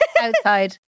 outside